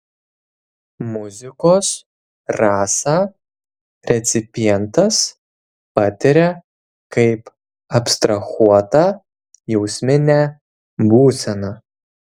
muzikos rasą recipientas patiria kaip abstrahuotą jausminę būseną